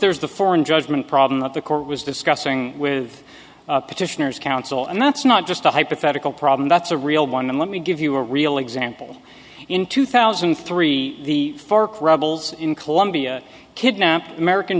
there's the foreign judgment problem that the court was discussing with petitioners counsel and that's not just a hypothetical problem that's a real one and let me give you a real example in two thousand and three the fark rebels in colombia kidnapped american